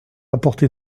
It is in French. apporté